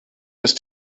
ist